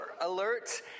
alert